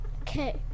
Okay